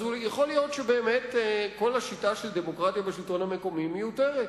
אז יכול להיות שבאמת כל השיטה של דמוקרטיה בשלטון המקומי מיותרת.